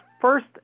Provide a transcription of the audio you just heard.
first